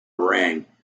ring